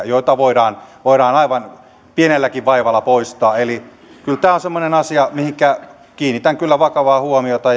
joita voidaan voidaan aivan pienelläkin vaivalla poistaa eli kyllä tämä on semmoinen asia mihinkä kiinnitän kyllä vakavaa huomiota